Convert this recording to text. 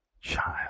child